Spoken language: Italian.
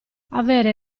avere